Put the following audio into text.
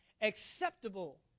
acceptable